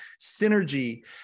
synergy